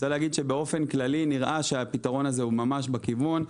באופן כללי נראה שהפתרון הזה ממש בכיוון,